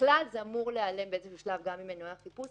ככלל זה אמור להיעלם באיזשהו שלב גם ממנועי החיפוש,